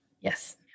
Yes